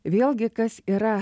vėlgi kas yra